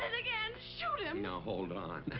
and again! shoot him! now, hold on.